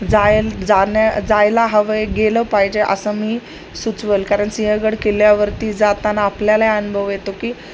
जायल जान्या जायला हवं गेलं पाहिजे असं मी सुचवेल कारण सिंहगड किल्ल्यावरती जाताना आपल्यालाही अनुभव येतो की